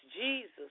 Jesus